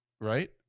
right